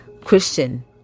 Christian